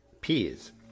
Peas